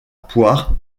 poire